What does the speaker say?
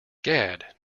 gad